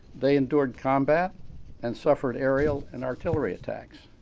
they endured combat and suffered aerial and artillery attacks.